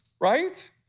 right